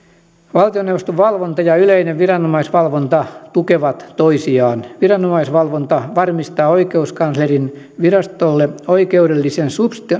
valtioneuvoston valvonta ja yleinen viranomaisvalvonta tukevat toisiaan viranomaisvalvonta varmistaa oikeuskanslerinvirastolle oikeudellisen